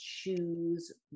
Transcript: choose